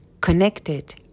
connected